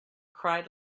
cried